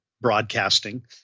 broadcasting